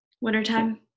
wintertime